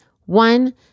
One